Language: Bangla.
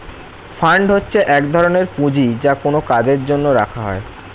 ফান্ড হচ্ছে এক ধরনের পুঁজি যা কোনো কাজের জন্য রাখা হয়